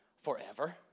forever